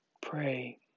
pray